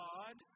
God